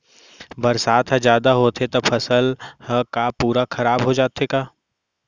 बरसात ह जादा होथे त फसल ह का पूरा खराब हो जाथे का?